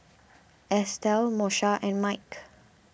Estell Moesha and Mike